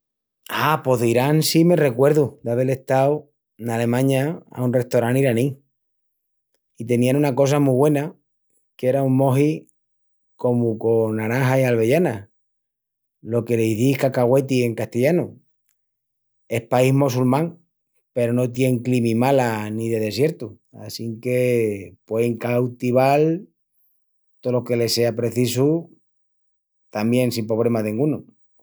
A, pos d'Irán si me recuerdu d'avel estau en Alemaña a un restorán iraní. I tenián una cosa mu güena qu'era un moji comu con naranja i alvellanas, lo que l'izís cacagüeti en castillanu. Es país mossulmán peru no tien climi mala ni de desiertu assínque puein cautival tolo que les sea precisu tamién sin pobrema dengunu.